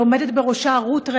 שעומדת בראשה רות רזניק,